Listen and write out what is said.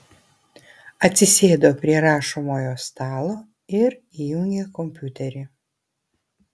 atsisėdo prie rašomojo stalo ir įjungė kompiuterį